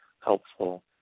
helpful